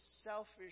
selfish